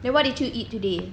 then what did you eat today